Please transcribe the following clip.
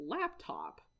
laptop